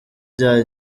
rya